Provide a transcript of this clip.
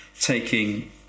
taking